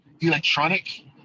Electronic